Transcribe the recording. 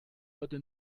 heute